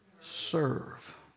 Serve